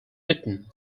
eaten